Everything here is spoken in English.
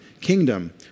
kingdom